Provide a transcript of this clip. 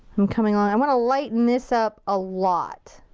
i'm coming along i want to lighten this up a lot.